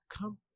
come